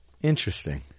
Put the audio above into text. Interesting